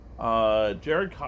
Jared